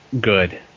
good